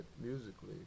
musically